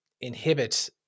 inhibit